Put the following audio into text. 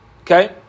okay